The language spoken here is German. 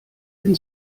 den